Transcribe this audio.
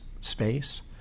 space